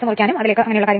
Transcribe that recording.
3 വാട്ടും W c 950